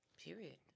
Period